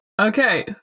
okay